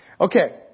Okay